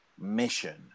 mission